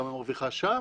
כמה היא מרוויחה שם,